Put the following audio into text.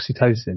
oxytocin